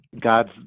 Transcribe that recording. God's